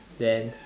then